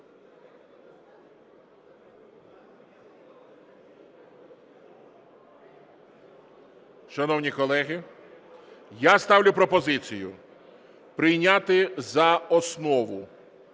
Шановні колеги, я ставлю пропозицію прийняти за основу